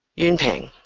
yeah enping